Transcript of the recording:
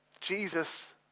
Jesus